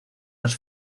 las